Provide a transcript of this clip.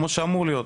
כמו שאמור להיות.